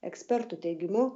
ekspertų teigimu